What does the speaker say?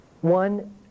one